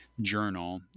journal